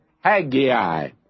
Haggai